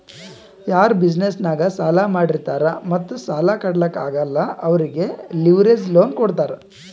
ಯಾರು ಬಿಸಿನೆಸ್ ನಾಗ್ ಸಾಲಾ ಮಾಡಿರ್ತಾರ್ ಮತ್ತ ಸಾಲಾ ಕಟ್ಲಾಕ್ ಆಗಲ್ಲ ಅವ್ರಿಗೆ ಲಿವರೇಜ್ ಲೋನ್ ಕೊಡ್ತಾರ್